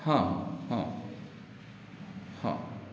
ହଁ ହଁ ହଁ